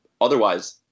Otherwise